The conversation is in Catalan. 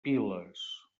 piles